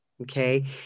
Okay